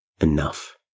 enough